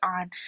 on